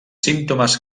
símptomes